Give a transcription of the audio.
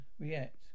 react